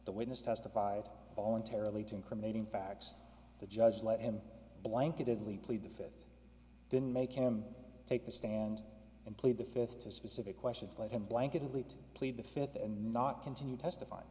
the witness testified voluntarily to incriminating facts the judge let him blanketed lee plead the fifth didn't make him take the stand and plead the fifth to specific questions like him blanket elite plead the fifth and not continue testifying